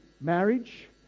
Marriage